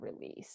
release